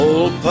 Old